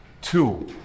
Two